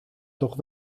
toch